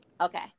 Okay